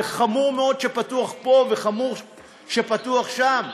וחמור מאוד שפתוח פה וחמור שפתוח שם.